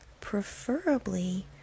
preferably